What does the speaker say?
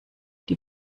die